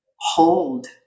hold